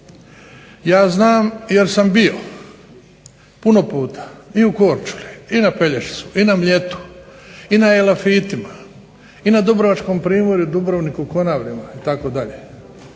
Ja znam jer sam bio puno puta i u Korčuli, i na Pelješcu i na Mljetu i na Elafitima i na dubrovačkom primorju, Konavlima itd.,